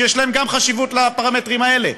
ויש חשיבות גם לפרמטרים האלה,